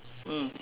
mm